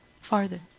farther